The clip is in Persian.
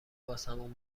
واسمون